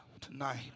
tonight